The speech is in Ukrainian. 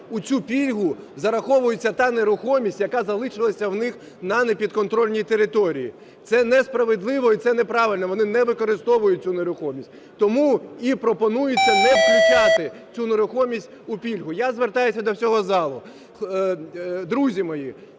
в цю пільгу зараховується та нерухомість, яка залишилася в них на непідконтрольній території. Це несправедливо і це неправильно, вони не використовують цю нерухомість. Тому і пропонується не включати цю нерухомість у пільгу. Я звертаюся до всього залу, друзі мої,